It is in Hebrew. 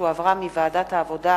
שהחזירה ועדת העבודה,